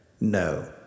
No